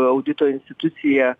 audito institucija